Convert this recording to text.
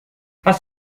hast